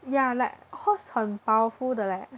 ya like horse 很 powerful 的 leh